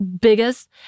biggest